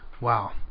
Wow